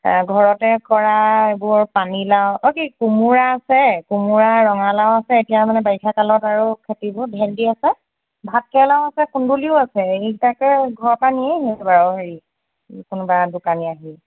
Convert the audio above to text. ঘৰতে কৰা এইবোৰ পানীলাও অঁ কি কোমোৰা আছে কোমোৰা ৰঙালাও আছে এতিয়া মানে বাৰিষা কালত আৰু খেতিবোৰ ভেন্দী আছে ভাতকেৰেলাও আছে কুন্দুলিও আছে এইকেইটাকে ঘৰৰ পৰা নিয়েহি বাৰু হেৰি কোনোবা দোকানী আহি